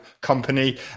company